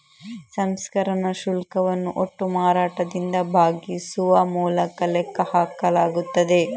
ಸಂಸ್ಕರಣಾ ಶುಲ್ಕವನ್ನು ಒಟ್ಟು ಮಾರಾಟದಿಂದ ಭಾಗಿಸುವ ಮೂಲಕ ಲೆಕ್ಕ ಹಾಕಲಾಗುತ್ತದೆ